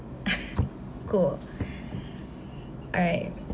cool alright